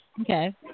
Okay